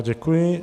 Děkuji.